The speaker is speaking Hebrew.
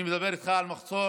אני מדבר איתך על מחסור